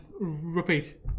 repeat